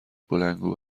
بلندگو